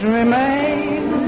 remain